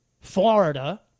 Florida